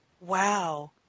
Wow